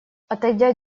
отойдя